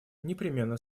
непременно